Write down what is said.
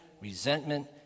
resentment